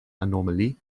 anomalie